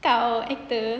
kau actor